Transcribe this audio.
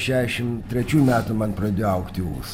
šešiasdešimt trečių metų man pradėjo augti ūsai